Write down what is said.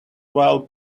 while